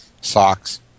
socks